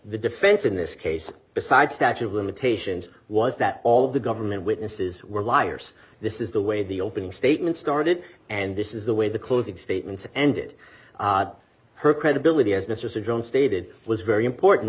the defense in this case besides statute of limitations was that all the government witnesses were liars this is the way the opening statements started and this is the way the closing statements ended her credibility as mr jones stated was very important